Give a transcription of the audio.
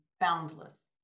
boundless